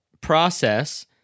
process